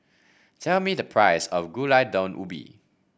tell me the price of Gulai Daun Ubi